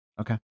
Okay